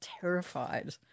terrified